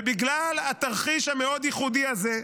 ובגלל התרחיש המאוד-ייחודי הזה,